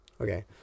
Okay